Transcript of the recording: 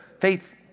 faith